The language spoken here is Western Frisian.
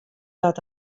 dat